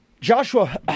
Joshua